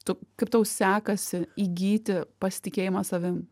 tu kaip tau sekasi įgyti pasitikėjimą savim